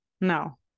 No